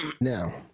Now